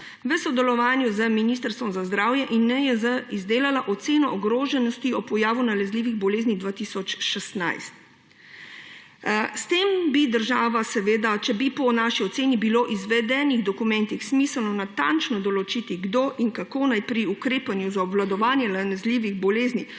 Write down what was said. v sodelovanju z Ministrstvom za zdravje in NIJZ izdelala oceno ogroženosti ob pojavu nalezljivih bolezni 2016. S tem bi država, če bi po naši oceni bilo po izvedenih dokumentih smiselno natančno določiti, kdo in kako naj pri ukrepanju za obvladovanje nalezljivih bolezni